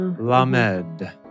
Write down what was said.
Lamed